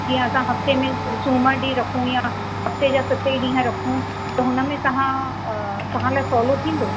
जीअं असां हफ़्ते में सूमर ॾीहुं रखूं यां हफ़्ते जा सत ई ॾींहं रखूं त हुन में तव्हां तव्हां लाइ सवलो थींदो